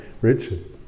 Richard